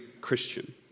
Christian